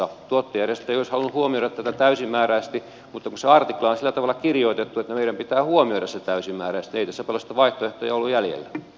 tuottajajärjestöt eivät olisi halunneet huomioida tätä täysimääräisesti mutta kun se artikla on sillä tavalla kirjoitettu että meidän pitää huomioida se täysimääräisesti ei tässä paljon sitten vaihtoehtoja ollut jäljellä